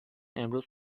امروز